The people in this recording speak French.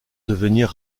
devenir